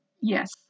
Yes